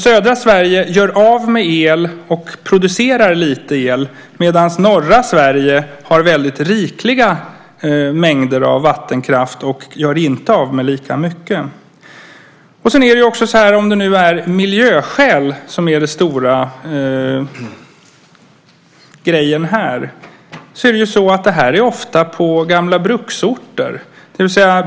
Södra Sverige gör av med el och producerar lite el. Norra Sverige har väldigt rikliga mängder av vattenkraft och gör inte av med lika mycket. Om det nu är miljöskäl som är den stora frågan vill jag säga att det här ofta förekommer på gamla bruksorter.